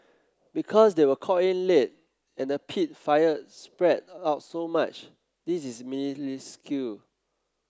because they were called in late and the peat fire spread out so much this is minuscule